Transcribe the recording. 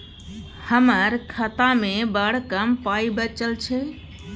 हमर खातामे बड़ कम पाइ बचल छै